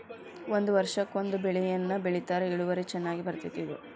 ಒಂದ ವರ್ಷಕ್ಕ ಒಂದ ಬೆಳೆಯನ್ನಾ ಬೆಳಿತಾರ ಇಳುವರಿ ಚನ್ನಾಗಿ ಬರ್ತೈತಿ ಇದು